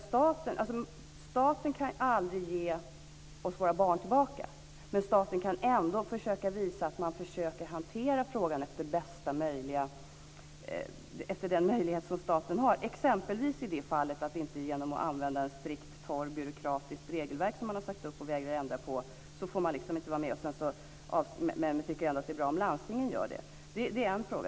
Staten kan aldrig ge oss våra barn tillbaka, men staten kan ändå visa att man försöker hantera frågan enligt de möjligheter som staten har. Man kan exempelvis göra det genom att inte vägra att ändra ett torrt och strikt regelverk som man har satt upp, samtidigt som man ändå tycker att det är bra om landstingen gör det.